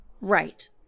Right